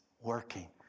working